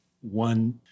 one